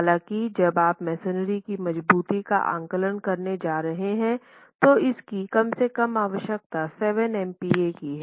हालांकि जब आप मेसनरी की मज़बूती का आंकलन करने जा रहे हैं तो इसकी कम से कम आवश्यकता 7 MPa की है